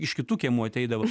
iš kitų kiemų ateidavo